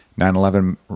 9-11